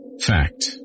Fact